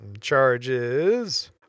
Charges